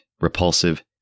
repulsive